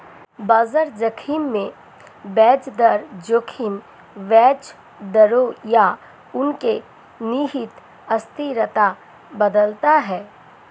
बाजार जोखिम में ब्याज दर जोखिम ब्याज दरों या उनके निहित अस्थिरता बदलता है